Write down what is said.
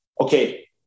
okay